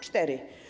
Cztery.